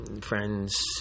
Friends